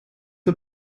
are